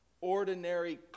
ordinary